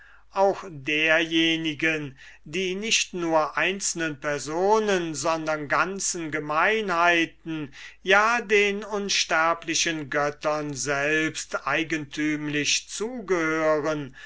auch dererjenigen die nicht nur einzelnen personen sondern ganzen gemeinheiten ja den unsterblichen göttern selbst eigentümlich zugehören